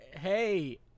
Hey